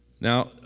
Now